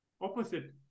opposite